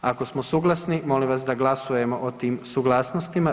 Ako smo suglasni molim vas da glasujemo o tim suglasnostima.